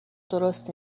درست